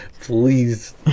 Please